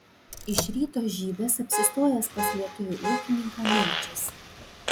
iš ryto žydas apsistojęs pas lietuvį ūkininką meldžiasi